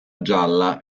gialla